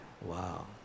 Wow